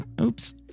Oops